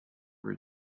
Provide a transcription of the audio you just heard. were